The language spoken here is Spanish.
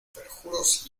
perjuros